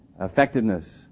effectiveness